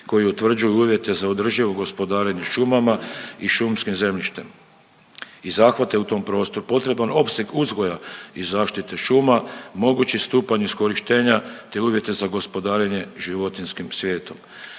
koji utvrđuju uvjete za održivo gospodarenje šumama i šumskim zemljištem. I zahvate u tom prostoru, potreban opseg uzgoja i zaštite šuma, mogući stupanj iskorištenja te uvjete za gospodarenje životinjskim svijetom.